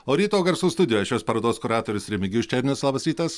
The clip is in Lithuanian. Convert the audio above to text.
o ryto garsų studijoj šios parodos kuratorius remigijus černius labas rytas